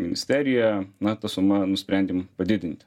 ministerija na ta suma nusprendėm padidinti